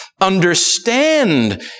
understand